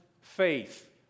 faith